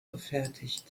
gefertigt